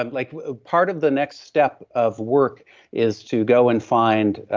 and like ah part of the next step of work is to go and find.